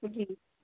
जी